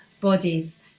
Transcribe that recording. bodies